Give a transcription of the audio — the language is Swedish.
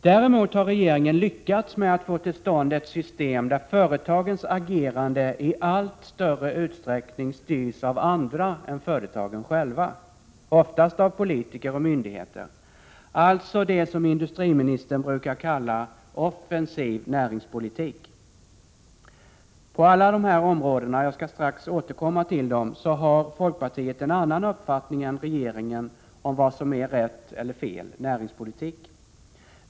Däremot har regeringen lyckats med att få till stånd ett system där företagens agerande i allt större utsträckning styrs av andra än företagen själva, oftast av politiker och myndigheter — alltså det som industriministern brukar kalla ”offensiv” näringspolitik. På alla dessa områden — jag skall strax återkomma till dem — har folkpartiet en annan uppfattning än regeringen om vad som är rätt eller fel näringspolitik.